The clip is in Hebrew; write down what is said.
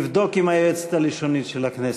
נבדוק עם היועצת הלשונית של הכנסת.